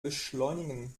beschleunigen